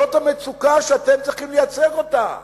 זאת המצוקה שאתם צריכים לייצג אותה.